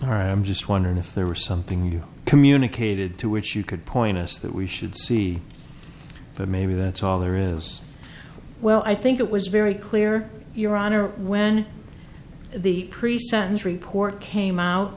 time just wondering if there were something you communicated to which you could point us that we should see but maybe that's all there is well i think it was very clear your honor when the pre sentence report came out